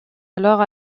alors